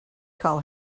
call